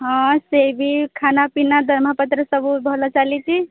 ହଁ ସେ ବି ଖାନା ପିନା ଦରମା ପତ୍ର ସବୁ ଭଲ ଚାଲିଛି